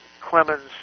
Clemens